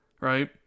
right